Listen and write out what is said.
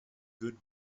good